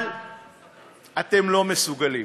אבל אתם לא מסוגלים.